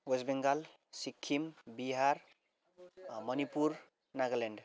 West Bengal Sikkim Bihar Manipur Nagaland